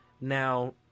Now